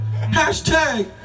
Hashtag